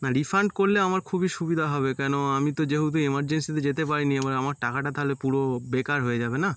না রিফান্ড করলে আমার খুবই সুবিধা হবে কেন আমি তো যেহুতু এমারজেন্সিতে যেতে পারি নি এবার আমার টাকাটা তাহলে পুরো বেকার হয়ে যাবে না